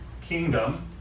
Kingdom